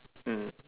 mm